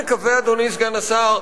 אדוני סגן השר,